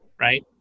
right